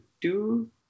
two